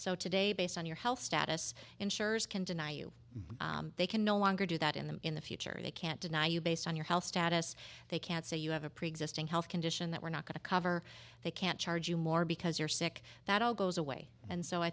so today based on your health status insurers can deny you they can no longer do that in the in the future they can't deny you based on your health status they can't say you have a preexisting health condition that we're not going to cover they can't charge you more because you're sick that all goes away and so i